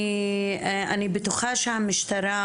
אני בטוחה שהמשטרה,